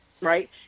right